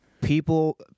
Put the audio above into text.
People